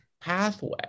pathway